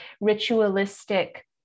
ritualistic